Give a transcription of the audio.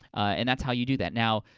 and that's how you do that. now,